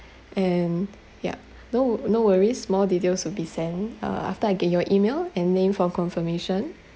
and yup no no worries more details will be sent uh after I get your email and name for confirmation